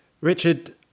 Richard